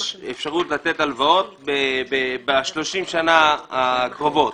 אפשרות לתת הלוואות ב-30 השנים הקרובות.